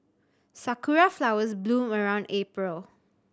sakura flowers bloom around April